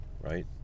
right